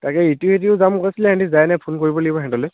তাকে যাম কৈছিলে সিহঁতি যায়নে নাই ফোন কৰিব লাগিব সিহঁতলৈ